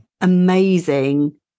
amazing